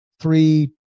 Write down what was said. three